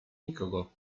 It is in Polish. nikogo